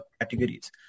categories